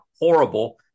horrible